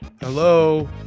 Hello